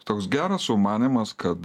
toks geras sumanymas kad